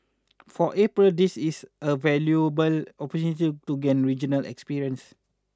for April this is a valuable opportunity to gain regional experience